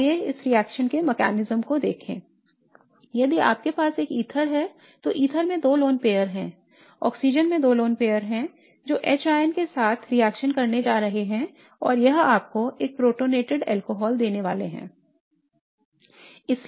तो आइए इस रिएक्शन के तंत्र को देखें यदि आपके पास एक ईथर है तो ईथर में 2 लोन पेयर हैं ऑक्सीजन में 2 लोन पेयर हैं जो H के साथ रिएक्शन करने जा रहा है और यह आपको एक प्रोटोनेटेड अल्कोहल देने वाला है